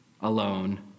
alone